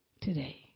today